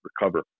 recover